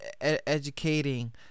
educating